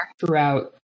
throughout